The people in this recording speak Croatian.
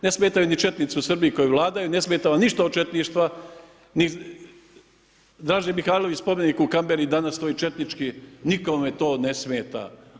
Ne smetaju ni četnici u Srbiji koji vladaju, ne smeta vam ništa od četništva ni Draže Mihajlović spomenik u Kamberi danas stoji četnički, nikome to ne smeta.